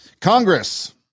Congress